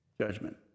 Judgment